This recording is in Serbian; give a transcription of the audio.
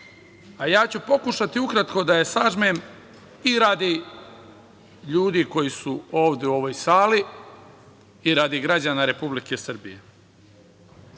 a ja ću pokušati ukratko da je sažmem i radi ljudi koji su ovde u ovoj sali i radi građana Republike Srbije. Naime,